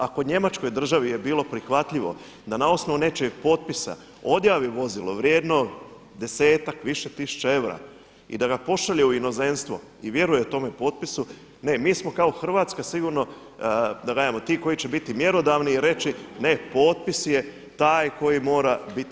Ako Njemačkoj državi je bilo prihvatljivo da na osnovu nečijeg potpisa odjavi vozilo vrijedno desetak više tisuća eura i da ga pošalje u inozemstvo i vjeruje tome potpisu, ne mi smo kao Hrvatska sigurno da kažemo ti koji će biti mjerodavni i reći, ne potpis je taj koji mora biti.